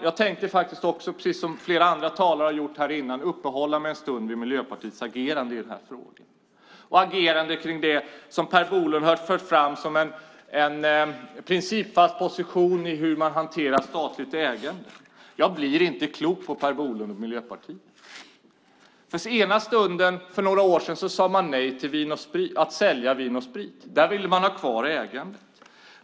Jag tänkte precis som flera andra talare har gjort här innan uppehålla mig en stund vid Miljöpartiets agerande i den här frågan och det som Per Bolund fört fram som en principfast position för hur man hanterar statligt ägande. Jag blir inte klok på Per Bolund och Miljöpartiet. För några år sedan sade man nej till att sälja Vin & Sprit. Där ville man ha kvar ägandet.